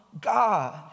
God